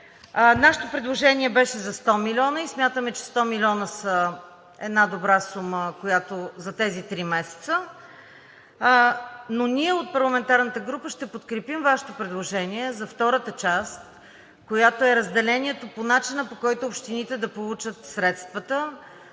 Нашето предложение беше за 100 милиона и смятаме, че 100 милиона са една добра сума за тези три месеца. Ние от парламентарната група ще подкрепим Вашето предложение за втората част, която е разделението по начина, по който общините да получат средствата,